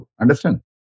Understand